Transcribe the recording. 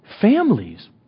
families